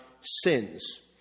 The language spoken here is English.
sins